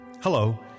Hello